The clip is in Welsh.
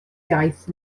iaith